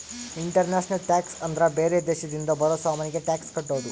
international tax ಅಂದ್ರ ಬೇರೆ ದೇಶದಿಂದ ಬರೋ ಸಾಮಾನಿಗೆ ಟ್ಯಾಕ್ಸ್ ಕಟ್ಟೋದು